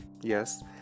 Yes